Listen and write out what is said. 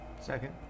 Second